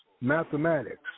mathematics